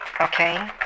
okay